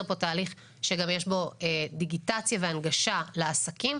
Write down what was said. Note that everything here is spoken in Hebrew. פה תהליך שגם יש בו דיגיטציה והנגשה לעסקים,